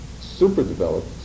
super-developed